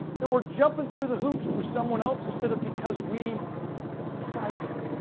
there were jumping through the hoops for someone else instead of because we decide to.